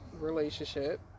relationship